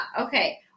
okay